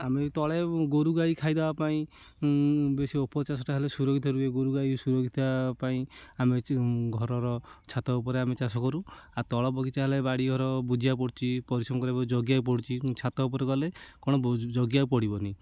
ଆମେ ତଳେ ଗୋରୁ ଗାଈ ଖାଇଦେବା ପାଇଁ ବେଶୀ ଉପର ଚାଷଟା ହେଲେ ସୁରକ୍ଷିତ ରହେ ଗୋରୁ ଗାଈ ସୁରକ୍ଷିତ ପାଇଁ ରହିଛି ଘରର ଛାତ ଉପରେ ଆମେ ଚାଷ କରୁ ଆଉ ତଳ ବଗିଚା ହେଲେ ବାଡ଼ି ଘର ବୁଜିବାକୁ ପଡ଼ୁଛି ପରିଶ୍ରମ କରି ଜଗିବାକୁ ପଡ଼ୁଛି ଆଉ ଛାତ ଉପରେ କଲେ କ'ଣ ଜଗିବାକୁ ପଡ଼ିବନି